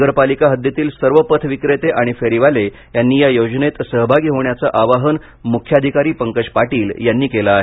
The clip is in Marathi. नगरपालिका हद्दीतील सर्व पथ विक्रेते आणि फेरीवाले यांनी या योजनेत सहभागी होण्याचे आवाहन मुख्याधिकारी पंकज पाटील यांनी केलं आहे